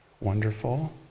Wonderful